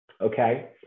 okay